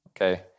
Okay